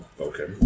Okay